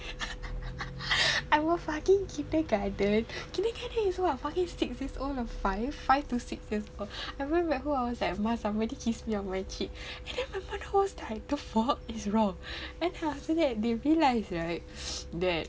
I'm a fucking kindergarten kindergarten is what fucking six years old or five five to six years old I went back home I was like ma somebody kiss me on my cheek and then my mother was like the fuck is wrong then after that they realised right that